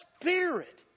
Spirit